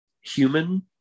human